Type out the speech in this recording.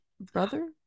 brother